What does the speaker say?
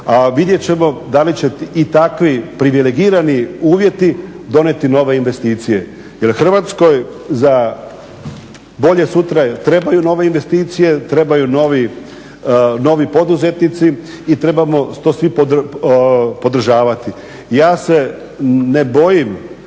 A vidjet ćemo da li će i takvi privilegirani uvjeti donijeti nove investicije jer Hrvatskoj za bolje sutra trebaju nove investicije, trebaju novi poduzetnici i trebamo to svi podržavati. Ja se ne bojim